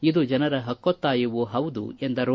ಇದು ಜನರ ಹಕ್ಕೊತ್ತಾಯವೂ ಹೌದು ಎಂದರು